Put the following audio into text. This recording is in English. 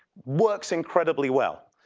works incredibly well.